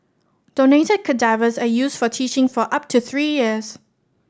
donated cadavers are used for teaching for up to three years